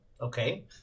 Okay